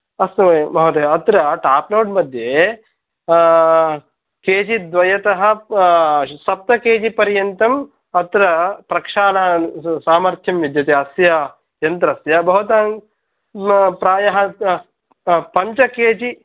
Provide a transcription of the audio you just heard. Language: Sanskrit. अस्तु महोदय अत्र टाप् लोड् मध्ये केजि द्वयतः सप्त केजि पर्यन्तं अत्र प्रक्षालणसामर्थ्यं विद्यते अस्य यन्त्रस्य भवतां प्रायः पञ्च केजि